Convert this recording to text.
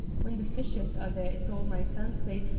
when the fishers are there it's all my fancy,